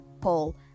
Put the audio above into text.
Paul